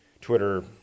Twitter